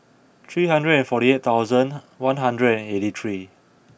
three hundred and forty eight thousand one hundred and eighty three